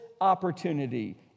opportunity